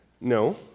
No